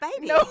baby